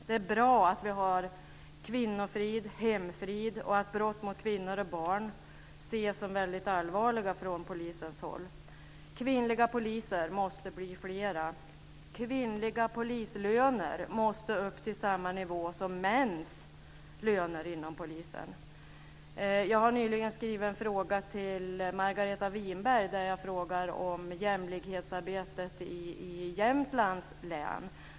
Det är bra att vi har kvinnofrid, hemfrid och att brott mot kvinnor och barn ses som väldigt allvarliga från polisens håll. Kvinnliga poliser måste blir flera. Kvinnliga polislöner måste upp till samma nivå som manliga polisers löner. Jag har nyligen ställt en fråga till Margareta Winberg där jag frågar om jämlikhetsarbetet i Jämtlands län.